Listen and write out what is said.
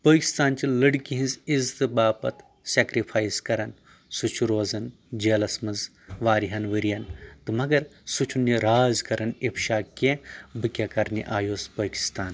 پٲکستان چہِ لڑکی ہنٛز عزتہٕ باپتھ سٮ۪کرفایس کران سُہ چھِ روزان جیلس منٛز واریاہن ؤرۍ ین تہٕ مگر سُہ چھنہٕ یہِ راز کران افشا کینٛہہ بہٕ کیٛاہ کرنہِ آیوس پٲکستان